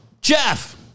Jeff